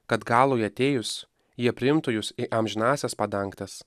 kad galui atėjus jie priimtų jus į amžinąsias padangtas